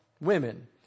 women